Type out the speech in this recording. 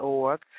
org